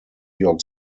york